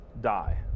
die